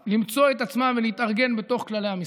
למצוא את עצמם ולהתארגן בתוך כללי המשחק.